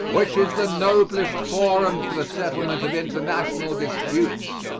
which is the noblest forum for the settlement of international disputes.